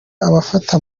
abafata